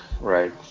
right